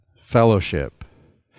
fellowship